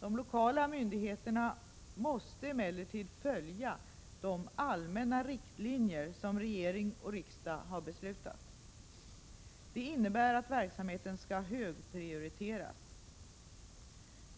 De lokala myndigheterna måste emellertid följa de allmänna riktlinjer som regering och riksdag har beslutat om. Det innebär att verksamheten skall högprioriteras.